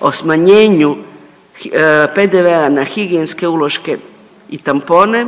o smanjenju PDV-a na higijenske uloške i tampone,